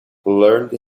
learned